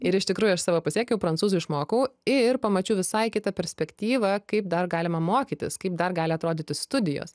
ir iš tikrųjų aš savo pasiekiau prancūzų išmokau ir pamačiau visai kitą perspektyvą kaip dar galima mokytis kaip dar gali atrodyti studijos